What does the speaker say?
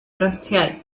grantiau